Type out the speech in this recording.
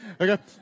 okay